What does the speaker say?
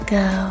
go